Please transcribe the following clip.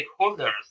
stakeholders